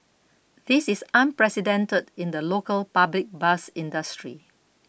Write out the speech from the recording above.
this is unprecedented in the local public bus industry